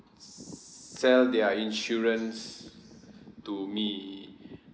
sell their insurance to me